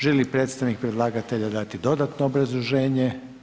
Želi li predstavnik predlagatelja dati dodatno obrazloženje?